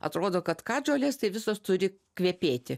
atrodo kad katžolės tai visos turi kvepėti